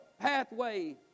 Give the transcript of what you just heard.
pathway